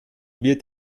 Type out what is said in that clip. wird